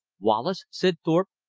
wallace, said thorpe,